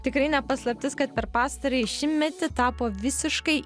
tikrai ne paslaptis kad per pastarąjį šimtmetį tapo visiškai